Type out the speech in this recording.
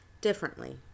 differently